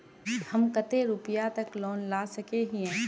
हम कते रुपया तक लोन ला सके हिये?